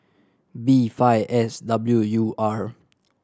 B five S W U R